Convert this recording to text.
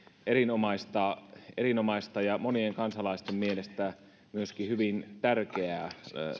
erinomaista erinomaista ja monien kansalaisten mielestä myöskin hyvin tärkeää